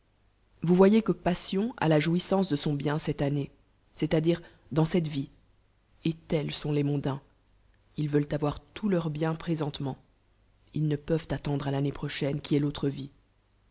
vous voyez que passion a la jouissance de son bien cette aunée c'est-à-dire dans cette vie et tels sont les moudains il veulent avoir tous jeurs biens présentenumt ils ne peuvent attendre à l'année prochaine qui est l'autre vie